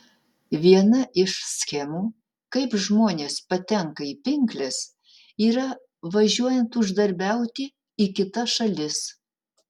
viena iš schemų kaip žmonės patenka į pinkles yra važiuojant uždarbiauti į kitas šalis